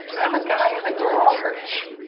i'm a guy in a garage.